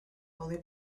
only